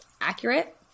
accurate